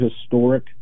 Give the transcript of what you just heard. historic